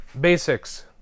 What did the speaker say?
basics